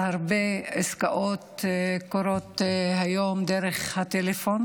הרבה עסקאות קורות היום דרך הטלפון,